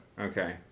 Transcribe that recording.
Okay